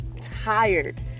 tired